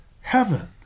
heaven